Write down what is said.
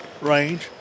range